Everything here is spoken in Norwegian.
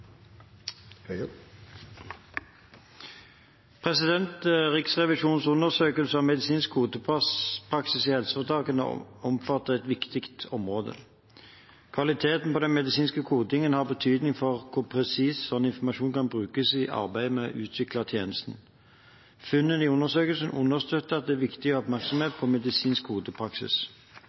Riksrevisjonens undersøkelse om medisinsk kodepraksis i helseforetakene omfatter et viktig område. Kvaliteten på den medisinske kodingen har betydning for hvor presist slik informasjon kan brukes i arbeidet med å utvikle tjenestene. Funnene i undersøkelsen understøtter at det er viktig å ha oppmerksomhet på medisinsk